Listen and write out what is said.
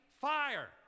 fire